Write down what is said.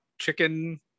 chicken